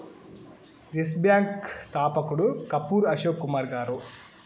yes bank స్థాపకుడు కపూర్ అశోక్ కుమార్ గారు